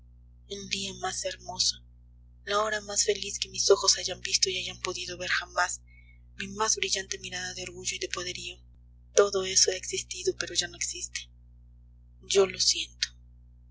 el día más hermoso la hora más feliz que mis ojos hayan visto y hayan podido ver jamás mi más brillante mirada de orgullo y de poderío todo eso ha existido pero ya no existe yo lo siento